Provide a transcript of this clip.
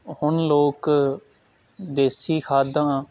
ਹੁਣ ਲੋਕ ਦੇਸੀ ਖਾਦਾਂ